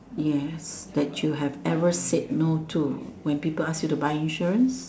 yes that you had ever say no to when people ask you to buy insurance